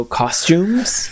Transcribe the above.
costumes